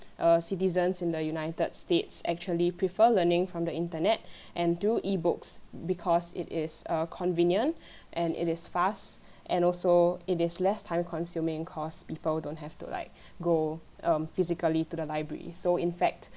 err citizens in the United States actually prefer learning from the internet and through e books because it is err convenient and it is fast and also it is less time consuming cause people don't have to like go um physically to the library so in fact